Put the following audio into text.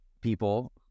people